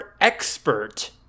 expert